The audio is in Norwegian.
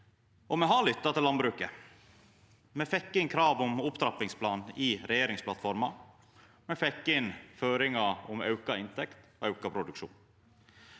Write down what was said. Me har lytta til landbruket. Me fekk inn krav om opptrappingsplan i regjeringsplattforma. Me fekk inn føringar om auka inntekt og auka produksjon.